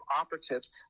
operatives